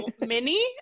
mini